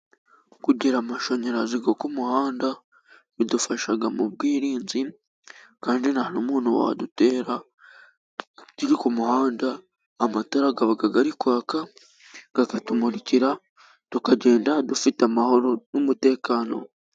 Kugira amashanyarazi yo ku muhanda bidufasha mu bwirinzi kandi nta n'umuntu wadutera turi ku muhanda, amatara aba ari kwaka akatumurikira tukagenda dufite amahoro n'umutekano.